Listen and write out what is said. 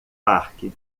parque